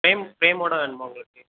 frame ஃப்ரேம்மோட வேணுமா உங்களுக்கு